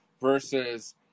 versus